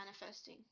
manifesting